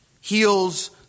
heals